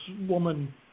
woman